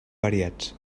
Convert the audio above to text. variats